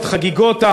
את החגיגות,